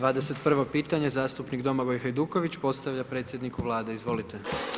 21. pitanje zastupnik Domagoj Hajduković postavlja predsjedniku Vlade, izvolite.